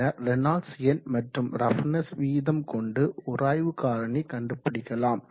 பின்னர் ரேனால்ட்ஸ் எண் மற்றும் ரஃப்னஸ் விகிதம் கொண்டு உராய்வு காரணி கண்டுபிடிக்கலாம்